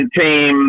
team